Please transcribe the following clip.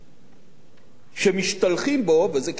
שמשתלחים בו, וזה כאילו נתפס כלגיטימי,